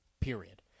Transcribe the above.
Period